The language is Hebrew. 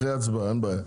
אחרי ההצבעה אין בעיה.